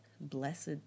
blessed